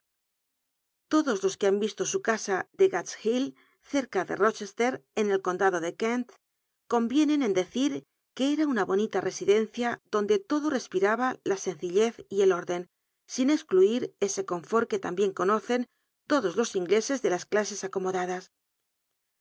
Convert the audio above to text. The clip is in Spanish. todos los que han visto su casa de gacl's hill cérea de noches ter en el condado de jcnt convienen en decir que era una bon ita residencia donc le lodo respiraba la sencillez y el úrden sin excluir ese confort que tan bien conocen todos los ingleses ele las clases acomodadas